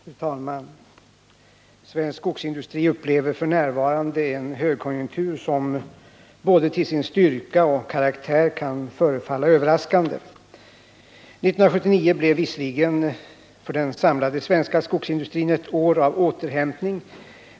Fru talman! Svensk skogsindustri upplever f. n. en högkonjunktur som både till sin styrka och till sin karaktär kan förefalla överraskande. 1979 blev visserligen för den samlade svenska skogsindustrin ett år av återhämtning.